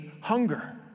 hunger